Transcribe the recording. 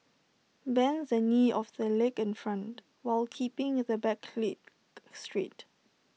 bend the knee of the leg in front while keeping the back leg straight